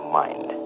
mind